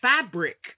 fabric